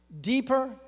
deeper